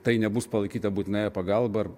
tai nebus palaikyta būtinąja pagalba ar